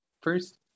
first